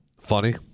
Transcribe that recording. funny